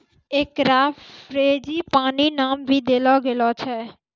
एकरा फ़्रेंजीपानी नाम भी देलो गेलो छै